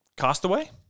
Castaway